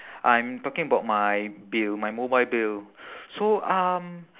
I'm talking about my bill my mobile bill so um